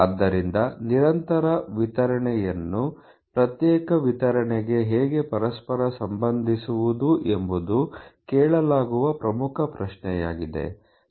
ಆದ್ದರಿಂದ ನಿರಂತರ ವಿತರಣೆಯನ್ನು ಪ್ರತ್ಯೇಕ ವಿತರಣೆಗೆ ಹೇಗೆ ಪರಸ್ಪರ ಸಂಬಂಧಿಸುವುದು ಎಂಬುದು ಕೇಳಲಾಗುವ ಪ್ರಮುಖ ಪ್ರಶ್ನೆಯಾಗಿದೆ